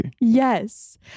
Yes